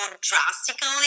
drastically